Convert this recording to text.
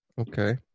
Okay